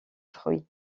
fruit